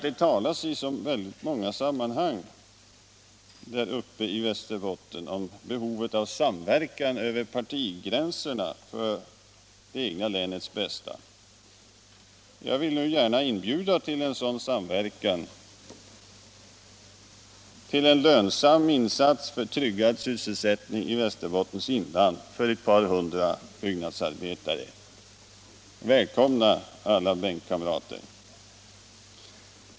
Det talas i så många sammanhang där uppe i Västerbotten om behovet av samverkan över partigränserna för det egna länets bästa. Jag vill nu gärna inbjuda till en sådan samverkan, till en lönsam insats för tryggad sysselsättning i Västerbottens inland för ett par hundra byggnadsarbetare. Välkomna, alla bänkkamrater!